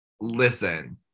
listen